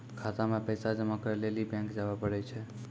खाता मे पैसा जमा करै लेली बैंक जावै परै छै